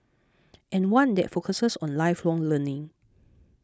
and one that focuses on lifelong learning